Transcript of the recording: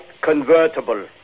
convertible